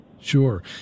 sure